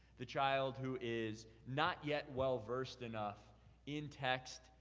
the child who is not yet well-versed enough in text,